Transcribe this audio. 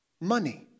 Money